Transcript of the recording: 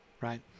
Right